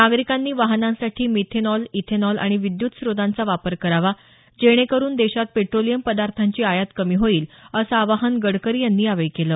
नागरिकांनी वाहनांसाठी methanol ethanol आणि विद्युत स्रोतांचा वापर करावा जेणेकरुन देशात पेट्रोलियम पदार्थांची आयात कमी होईल असं आवाहन गडकरी यांनी यावेळी केलं